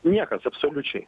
niekas absoliučiai